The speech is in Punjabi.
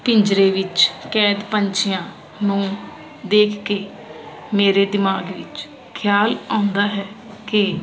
ਪਿੰਜਰੇ ਵਿੱਚ ਕੈਦ ਪੰਛੀਆਂ ਨੂੰ ਦੇਖ ਕੇ ਮੇਰੇ ਦਿਮਾਗ ਵਿੱਚ ਖਿਆਲ ਆਉਂਦਾ ਹੈ